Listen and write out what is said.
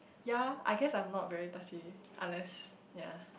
ya I guess I am not very touchy unless ya